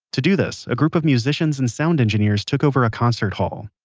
to do this, a group of musicians and sound engineers took over a concert hall.